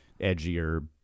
edgier